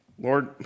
Lord